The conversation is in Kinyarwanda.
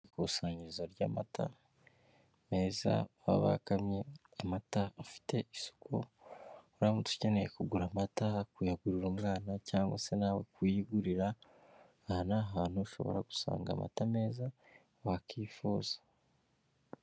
Ikusanyirizo ry'amata meza, baba bakamye, amata afite isuku, uramutse ukeneye kugura amata, kuyagurira umwana cyangwa se nawe kuyigurira, aha ni ahantu ushobora gusanga amata meza wakifuza.